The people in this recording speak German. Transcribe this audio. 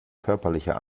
körperlicher